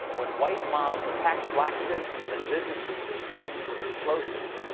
when white mobs attacked black citizens and businesses with guns and explosives.